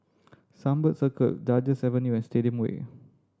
Sunbird Circle Duchess Avenue and Stadium Way